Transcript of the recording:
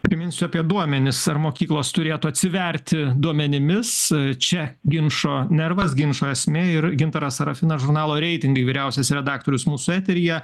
priminsiu apie duomenis ar mokyklos turėtų atsiverti duomenimis čia ginčo nervas ginčo esmė ir gintaras sarafinas žurnalo reitingai vyriausias redaktorius mūsų eteryje